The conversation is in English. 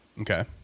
Okay